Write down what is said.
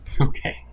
Okay